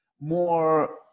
more